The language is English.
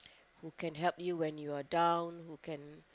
who can help you when you are down who can